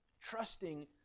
trusting